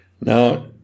Now